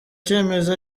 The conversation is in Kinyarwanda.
cyemezo